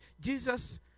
Jesus